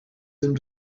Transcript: them